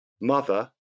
Mother